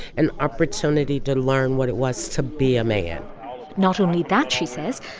an opportunity to learn what it was to be a man not only that, she says,